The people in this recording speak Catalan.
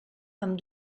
amb